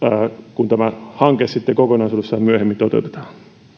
kun tämä hanke sitten kokonaisuudessaan myöhemmin toteutetaan